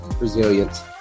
resilience